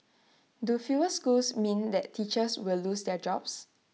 do fewer schools mean that teachers will lose their jobs